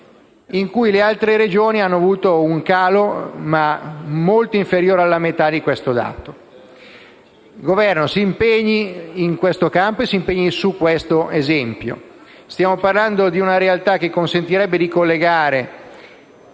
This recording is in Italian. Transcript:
in cui le altre Regioni hanno avuto un calo molto inferiore alla metà di questo dato. Il Governo si impegni dunque in questo campo e su questo esempio. Stiamo parlando infatti di una realtà che consentirebbe di collegare